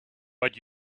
but